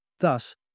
Thus